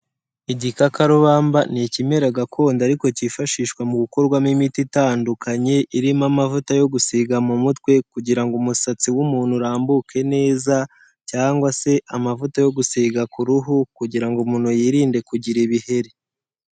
Igikakarubamba ni ikimera gakondo ariko kifashishwa mu gukorwamo imiti itandukanye, irimo amavuta yo gusiga mu mutwe kugira ngo umusatsi w'umuntu urambuke neza, cyangwa se amavuta yo gusiga ku ruhu kugira ngo umuntu yirinde kugira ibiheri.